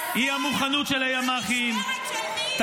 זה המוכנות של הימ"חים -- במשמרת של מי?